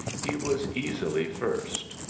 he was easily first.